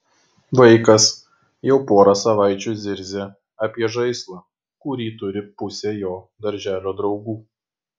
vaikas jau porą savaičių zirzia apie žaislą kurį turi pusė jo darželio draugų